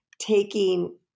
taking